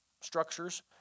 structures